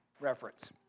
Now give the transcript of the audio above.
reference